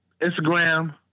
Instagram